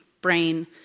brain